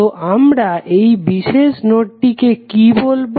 তো আমরা এই বিশেষ নোডটিকে কি বলবো